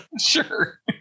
sure